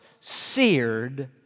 seared